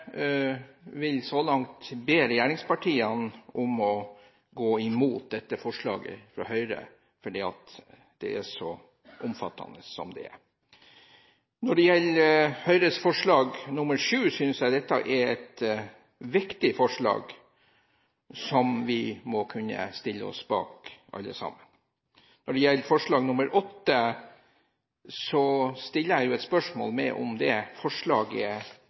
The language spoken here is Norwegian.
vil så langt be regjeringspartiene om å gå imot dette forslaget fra Høyre, fordi det er så omfattende som det er. Når det gjelder Høyres forslag, nr. 7, synes jeg dette er et viktig forslag som vi må kunne stille oss bak alle sammen. Når det gjelder forslag nr. 8, stiller jeg spørsmål ved om forslaget